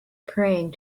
praying